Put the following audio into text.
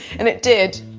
and it did.